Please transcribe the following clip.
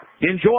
Enjoy